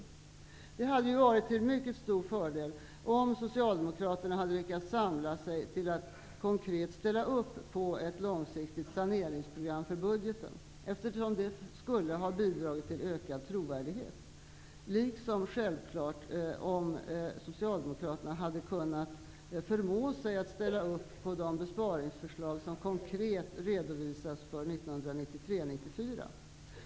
Det hade varit till mycket stor fördel om Socialdemokraterna hade lyckats samla sig till att konkret ställa upp på ett långsiktigt saneringsprogram för budgeten, eftersom det skulle ha bidragit till ökad trovärdighet, liksom självklart om Socialdemokraterna hade kunnat förmå sig att ställa upp på de besparingsförslag som konkret redovisas för 1993/94.